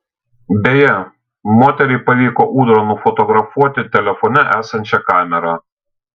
beje moteriai pavyko ūdrą nufotografuoti telefone esančia kamera